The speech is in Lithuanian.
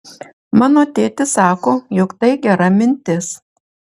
mano tėtis sako jog tai gera mintis